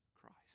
Christ